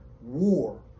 war